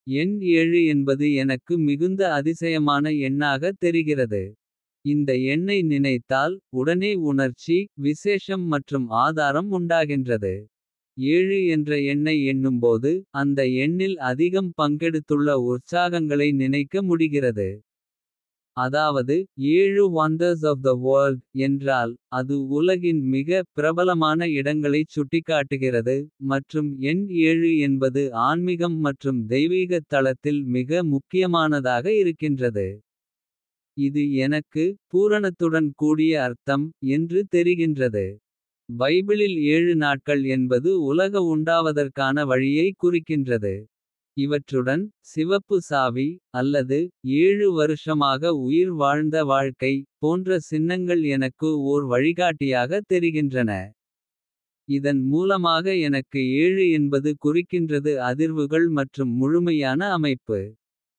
எண் என்பது எனக்கு மிகுந்த அதிசயமான எண்ணாக தெரிகிறது. இந்த எண்ணை நினைத்தால் உடனே உணர்ச்சி. விசேஷம் மற்றும் ஆதாரம் உண்டாகின்றது என்ற எண்ணை. எண்ணும்போது அந்த எண்ணில் அதிகம் பங்கெடுத்துள்ள. உற்சாகங்களை நினைக்க முடிகிறது அதாவது. என்றால் அது உலகின் மிக பிரபலமான இடங்களைச் சுட்டிக்காட்டுகிறது. மற்றும் எண் என்பது ஆன்மிகம் மற்றும் தெய்வீகத். தளத்தில் மிக முக்கியமானதாக இருக்கின்றது. இது எனக்கு பூரணத்துடன் கூடிய அர்த்தம் என்று தெரிகின்றது. பைபிளில் நாட்கள் என்பது உலக உண்டாவதற்கான வழியை. குறிக்கின்றது இவற்றுடன் சிவப்பு சாவி அல்லது. வருஷமாக உயிர் வாழ்ந்த வாழ்க்கை போன்ற சின்னங்கள். எனக்கு ஓர் வழிகாட்டியாக தெரிகின்றன இதன் மூலமாக எனக்கு. என்பது குறிக்கின்றது அதிர்வுகள் மற்றும் முழுமையான அமைப்பு.